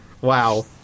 wow